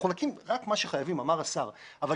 אנחנו נקים רק מה שחייבים אמר השר אבל